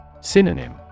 Synonym